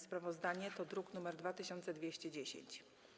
Sprawozdanie to druk nr 2210.